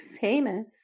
famous